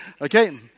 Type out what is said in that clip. Okay